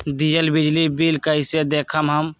दियल बिजली बिल कइसे देखम हम?